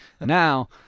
Now